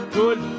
good